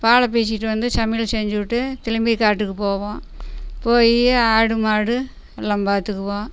பாலை பேசிவிட்டு வந்து சமையல் செஞ்சுவிட்டு திரும்பி காட்டுக்கு போவோம் போய் ஆடு மாடு எல்லாம் பார்த்துக்குவோம்